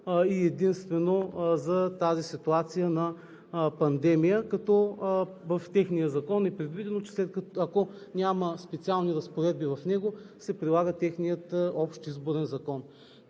и единствено за тази ситуация на пандемия. В техния закон е предвидено, че ако няма специални разпоредби в него, се прилага техният общ изборен закон.